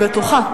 אני בטוחה.